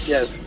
Yes